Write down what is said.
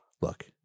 Look